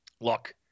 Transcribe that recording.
look